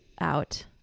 out